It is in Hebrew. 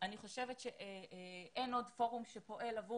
אני חושבת שאין עוד פורום שפועל עבור